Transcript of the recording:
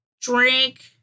drink